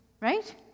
right